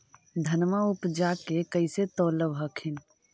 धनमा उपजाके कैसे तौलब हखिन?